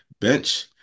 bench